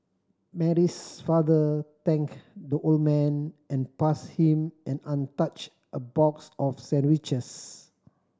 Mary's father thanked the old man and passed him an untouched a box of sandwiches